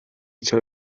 چرا